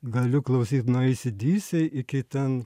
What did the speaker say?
galiu klausyt nuo ac dc iki ten